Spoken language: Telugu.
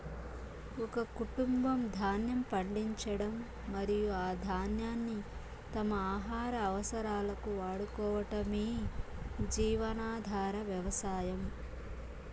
ఒక కుటుంబం ధాన్యం పండించడం మరియు ఆ ధాన్యాన్ని తమ ఆహార అవసరాలకు వాడుకోవటమే జీవనాధార వ్యవసాయం